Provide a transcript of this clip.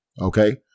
okay